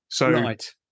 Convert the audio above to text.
Right